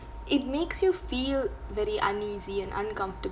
it makes you feel very uneasy and uncomfortable